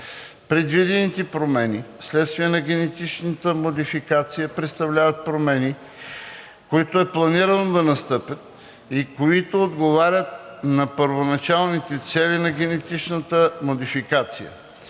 Предвидените промени вследствие на генетичната модификация представляват промени, които е планирано да настъпят и които отговарят на първоначалните цели на генетичната модификация.